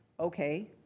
okay,